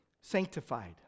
sanctified